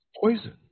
Poison